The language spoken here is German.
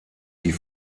die